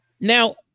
Now